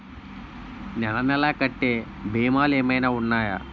నెల నెల కట్టే భీమాలు ఏమైనా ఉన్నాయా?